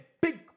big